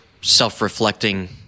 self-reflecting